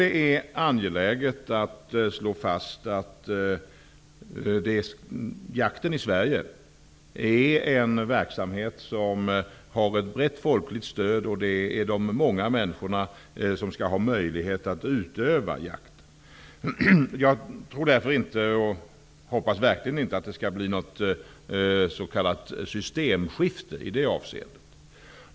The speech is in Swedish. Det är angeläget att slå fast att jakten i Sverige är en verksamhet med brett folkligt stöd och att det är de många människorna som skall ha möjlighet att utöva jakt. Därför hoppas jag verkligen inte att det skall bli något s.k. systemskifte i det avseendet.